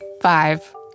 Five